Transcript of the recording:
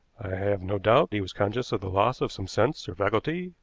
i have no doubt he was conscious of the loss of some sense or faculty,